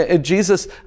Jesus